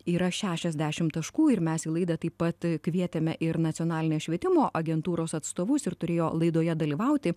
yra šešiasdešim taškų ir mes į laidą taip pat kvietėme ir nacionalinės švietimo agentūros atstovus ir turėjo laidoje dalyvauti